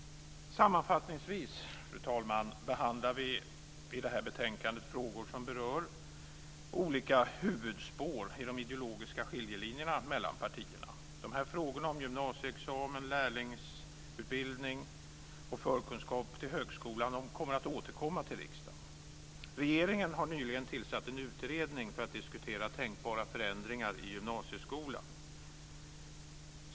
Sammanfattningsvis behandlar vi i det här betänkandet frågor som berör olika huvudspår i de ideologiska skillnaderna mellan partierna. De här frågorna om gymnasieexamen, lärlingsutbildning och förkunskaper till högskolan kommer att återkomma till riksdagen. Regeringen har nyligen tillsatt en utredning för att diskutera tänkbara förändringar i gymnasieskolan.